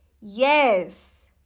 Yes